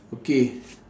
okay